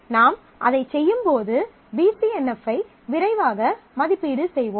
நாம் அதைச் செய்யும்போது பி சி என் எஃப் ஐ விரைவாக மதிப்பீடு செய்வோம்